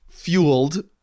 fueled